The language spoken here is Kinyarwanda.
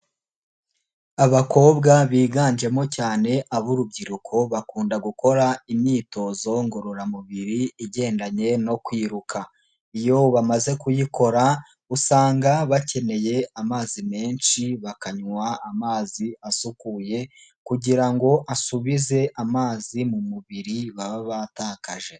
Abakobwa biganjemo cyane ab'urubyiruko bakunda gukora imyitozo ngororamubiri igendanye no kwiruka. Iyo bamaze kuyikora usanga bakeneye amazi menshi, bakanywa amazi asukuye kugira ngo asubize amazi mu mubiri baba batakaje.